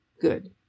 Good